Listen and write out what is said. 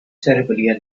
terribly